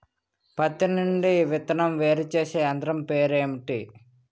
పత్తి నుండి విత్తనం వేరుచేసే యంత్రం పేరు ఏంటి